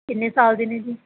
ਕਿੰਨੇ ਸਾਲ ਦੇ ਨੇ ਜੀ